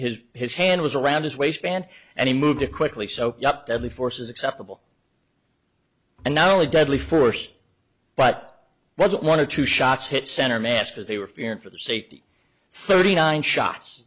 festers his hand was around his waistband and he moved quickly so deadly force is acceptable and not only deadly force but wasn't one of two shots hit center mass because they were fearing for the safety thirty nine shots